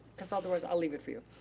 cause otherwise, i'll leave it for you.